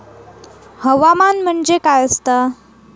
हवामान म्हणजे काय असता?